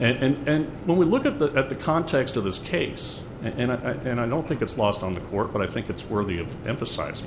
and when we look at the at the context of this case and and i don't think it's lost on the court but i think it's worthy of emphasizing